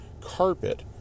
carpet